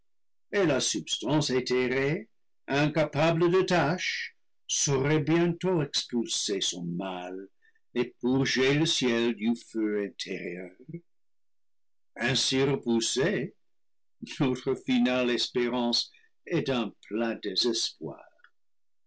et la substance éthérée incapable de tache saurait bientôt expulser son mal et purger le ciel du feu intérieur ainsi repoussés notre finale espérance est un plat déses